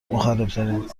مخربترین